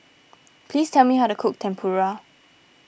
please tell me how to cook Tempura